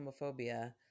homophobia